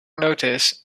notice